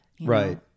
Right